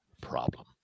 Problem